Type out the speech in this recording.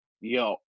Yo